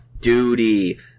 Duty